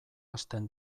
hasten